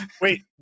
Wait